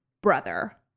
brother